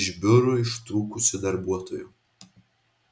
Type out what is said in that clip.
iš biurų ištrūkusių darbuotojų